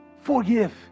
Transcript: forgive